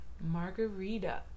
Margarita